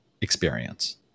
experience